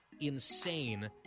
insane